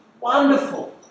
wonderful